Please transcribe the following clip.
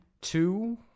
two